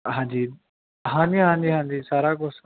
ਹਾਂਜੀ ਹਾਂਜੀ ਹਾਂਜੀ ਹਾਂਜੀ ਸਾਰਾ ਕੁਛ